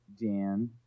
Dan